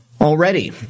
already